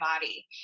body